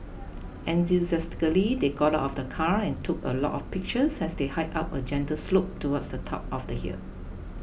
enthusiastically they got out of the car and took a lot of pictures as they hiked up a gentle slope towards the top of the hill